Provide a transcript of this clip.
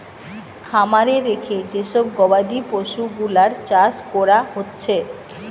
খামারে রেখে যে সব গবাদি পশুগুলার চাষ কোরা হচ্ছে